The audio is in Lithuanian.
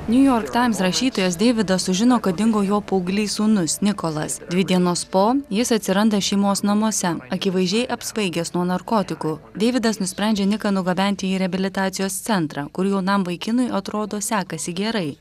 niujork taims rašytojas deividas sužino kad dingo jo paauglys sūnus nikolas dvi dienos po jis atsiranda šeimos namuose akivaizdžiai apsvaigęs nuo narkotikų deividas nusprendžia niką nugabenti į reabilitacijos centrą kur jaunam vaikinui atrodo sekasi gerai